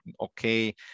okay